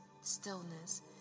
stillness